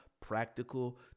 practical